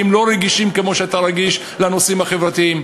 אינם רגישים כמוך לנושאים החברתיים,